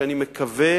שאני מקווה